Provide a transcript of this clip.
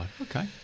okay